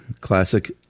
Classic